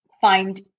find